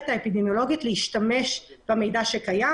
האפידמולוגית להשתמש במידע שקיים,